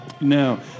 No